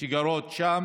שגרות שם